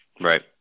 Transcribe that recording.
Right